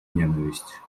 ненависть